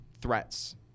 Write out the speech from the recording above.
threats